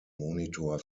monitor